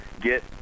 get